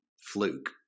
fluke